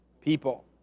people